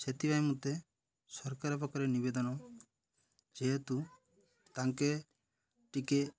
ସେଥିପାଇଁ ମୋତେ ସରକାର ପାଖରେ ନିବେଦନ ଯେହେତୁ ତାଙ୍କେ ଟିକେ